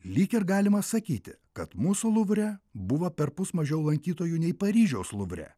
lyg ir galima sakyti kad mūsų luvre buvo perpus mažiau lankytojų nei paryžiaus luvre